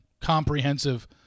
Comprehensive